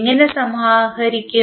എങ്ങനെ സമാഹരിക്കും